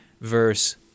Verse